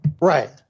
Right